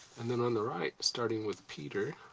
and then on the right, starting with peter